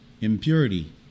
impurity